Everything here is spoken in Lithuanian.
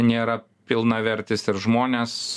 nėra pilnavertis ir žmonės